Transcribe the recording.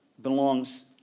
belongs